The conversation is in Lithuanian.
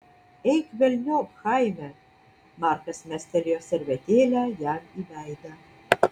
eik velniop chaime markas mestelėjo servetėlę jam į veidą